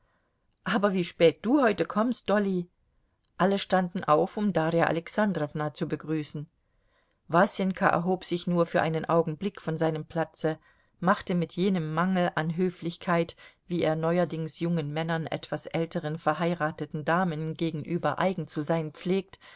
aber wie spät du heute kommst dolly alle standen auf um darja alexandrowna zu begrüßen wasenka erhob sich nur für einen augenblick von seinem platze machte mit jenem mangel an höflichkeit wie er neuerdings jungen männern etwas älteren verheirateten damen gegenüber eigen zu sein pflegt